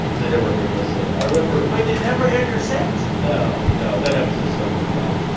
they never aired my set. i remember. wait. they never aired your set? no, no. that happens to so many comic.